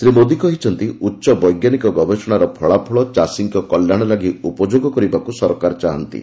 ଶ୍ରୀ ମୋଦି କହିଛନ୍ତି ଉଚ୍ଚ ବୈଜ୍ଞାନିକ ଗବେଷଣାର ଫଳାଫଳ ଚାଷୀଙ୍କ କଲ୍ୟାଣ ଲାଗି ଉପଯୋଗ କରିବାକୁ ସରକାର ଚାହାନ୍ତି